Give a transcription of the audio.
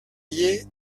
lié